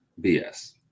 BS